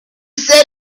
said